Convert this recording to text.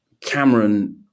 Cameron